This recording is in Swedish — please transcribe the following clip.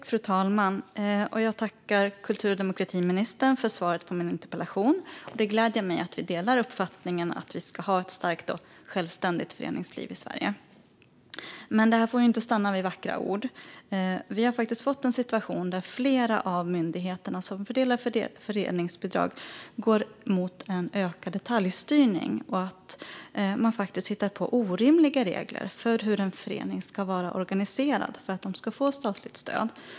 Fru talman! Jag tackar kultur och demokratiministern för svaret på min interpellation. Det gläder mig att vi delar uppfattningen att vi ska ha ett starkt och självständigt föreningsliv i Sverige. Men det får inte stanna vid vackra ord. Vi har fått en situation där flera av de myndigheter som fördelar föreningsbidrag går mot en ökad detaljstyrning och hittar på orimliga regler för hur en förening ska vara organiserad för att få statligt stöd.